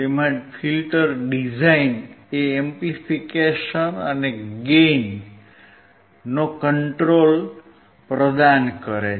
તેમાં filter design એ amplification અને ગેઇન કંટ્રોલ પ્રદાન કરે છે